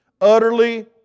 Utterly